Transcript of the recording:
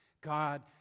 God